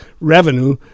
revenue